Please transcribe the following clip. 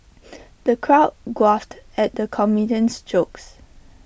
the crowd guffawed at the comedian's jokes